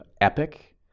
epic